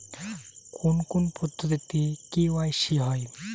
কোন কোন পদ্ধতিতে কে.ওয়াই.সি হয়?